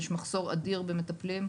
יש מחסור אדיר במטפלים.